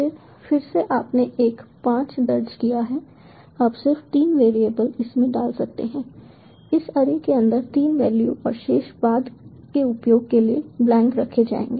फिर फिर से आपने एक 5 दर्ज किया है आप सिर्फ तीन वेरिएबल इसमें डाल सकते हैं इस अरे के अंदर तीन वैल्यू और शेष बाद के उपयोग के लिए ब्लैंक रखे जाएंगे